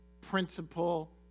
principle